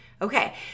Okay